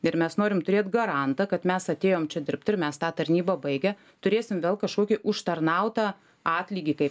ir mes norim turėt garantą kad mes atėjom čia dirbt ir mes tą tarnybą baigę turėsim vėl kažkokį užtarnautą atlygį kai